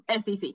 SEC